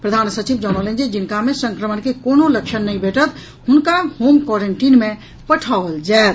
प्रधान सचिव जनौलनि जे जिनका मे संक्रमण के कोनो लक्षण नहि भेंटत हुनका होम क्वारेंटीन मे पठाओल जायत